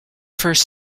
first